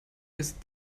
ist